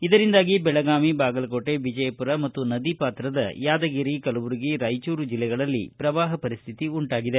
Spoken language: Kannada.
ಇದರಿಂದಾಗಿ ಬೆಳಗಾವಿ ಬಾಗಲಕೋಟೆ ವಿಜಯಪುರ ಮತ್ತು ನದಿ ಪಾತ್ರದ ಯಾದಗಿರಿ ಕಲಬುರಗಿ ರಾಯಚೂರು ಜಲ್ಲೆಗಳಲ್ಲಿ ಪ್ರವಾಪ ಪರಿಸ್ವಿತಿ ಉಂಟಾಗಿದೆ